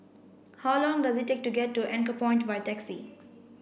how long does it take to get to Anchorpoint by taxi